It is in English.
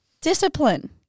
discipline